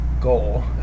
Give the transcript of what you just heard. goal